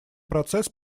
процесс